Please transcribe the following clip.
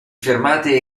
fermate